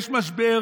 יש משבר